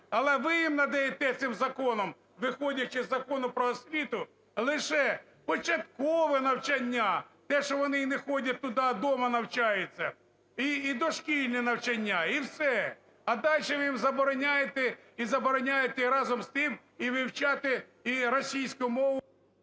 Але ви їм надаєте цим законом, виходячи із Закону "Про освіту" лише початкове навчання, те, що вони і не ходять туда, а дома навчаються і дошкільне навчання, і все, а дальше ви їм забороняєте і забороняєте разом з тим і вивчати і російську мову...